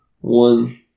one